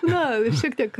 na šiek tiek